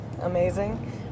amazing